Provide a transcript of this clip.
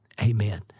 Amen